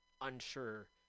unsure